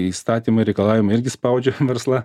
įstatymai reikalavimai irgi spaudžia verslą